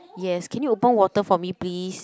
yes can you open water for me please